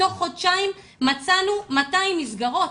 תוך חודשיים מצאנו 200 מסגרות.